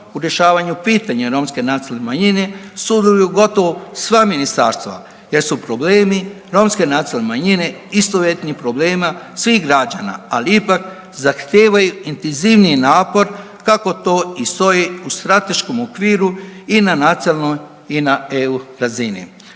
u rješavanju pitanja romske nacionalne manjine su uveli u gotovo sva ministarstva jer su problemi romske nacionalne manjine istovjetni problemima svih građana, ali ipak zahtijevaju intenzivniji napor kako to i stoji u strateškom okviru i na nacionalnom i na eu razini.